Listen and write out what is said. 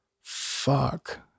fuck